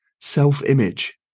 self-image